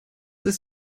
ist